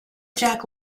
jack